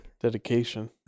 dedication